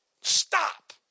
stop